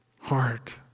heart